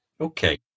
Okay